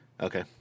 Okay